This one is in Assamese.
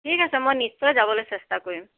ঠিক আছে মই নিশ্চয় যাবলৈ চেষ্টা কৰিম